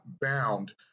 bound